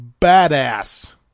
badass